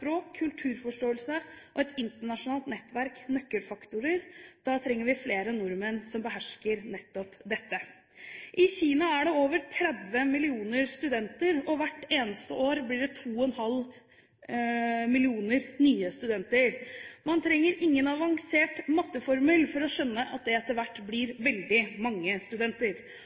kulturforståelse og et internasjonalt nettverk nøkkelfaktorer. Da trenger vi flere nordmenn som behersker nettopp dette. I Kina er det over 30 millioner studenter, og hvert eneste år blir det 2,5 millioner nye studenter. Man trenger ingen avansert matteformel for å skjønne at det etter hvert blir veldig mange studenter.